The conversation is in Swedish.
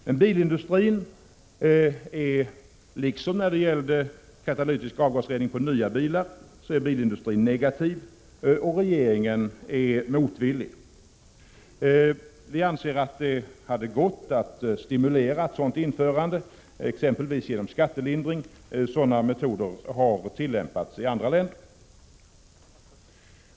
Men bilindustrin är, liksom när det gällde katalytisk avgasrening för nya bilar, negativ och regeringen är motvillig. Vi anser att det skulle ha gått att stimulera införandet av skärpta avgasreningskrav, exempelvis genom skattelindring. Sådana metoder har tillämpats i andra länder.